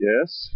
Yes